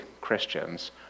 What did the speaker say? Christians